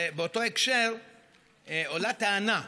ובאותו הקשר עולה טענה,